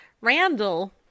Randall